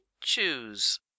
choose